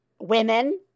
women